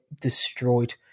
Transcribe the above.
destroyed